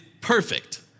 perfect